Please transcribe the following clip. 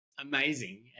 amazing